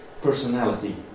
personality